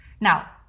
Now